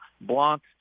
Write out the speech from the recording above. Blanc